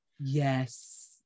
Yes